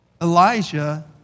Elijah